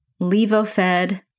levofed